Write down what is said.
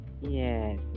Yes